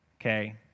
Okay